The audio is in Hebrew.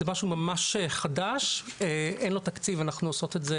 זה משהו ממש חדש, אין לו תקציב, אנחנו עושות את זה